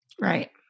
Right